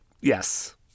Yes